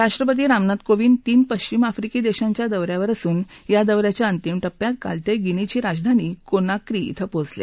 राष्ट्रपति रामनाथ कोविंद तीन पश्चिम अफ्रीकी देशांच्या दौऱ्यावर असून या दौऱ्याच्या अंतिम टप्प्यात काल ते गिनीची राजधानी कोना क्री क्रि पोहचले